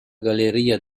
galleria